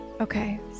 Okay